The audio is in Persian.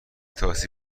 تاکسی